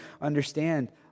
understand